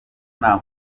nta